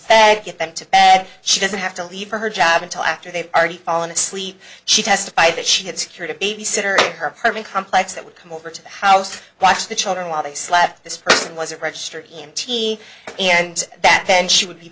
them get them to bed she doesn't have to leave her job until after they've already fallen asleep she testified that she had secured a babysitter her apartment complex that would come over to the house to watch the children while they slept this person wasn't registered e m t and that then she would be